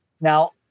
Now